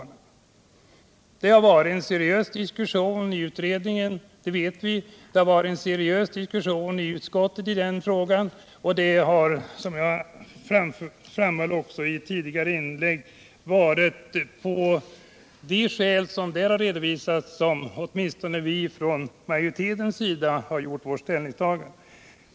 Det har som vi vet varit en seriös diskussion i utredningen och utskottet i den frågan och det har, som jag också framhöll i det tidigare inlägget, varit på de skäl som där redovisades som åtminstone vi från majoritetens sida gjort vårt ställningstagande.